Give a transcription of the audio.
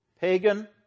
pagan